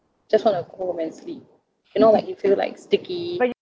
just want to go home and sleep you know like you feel like sticky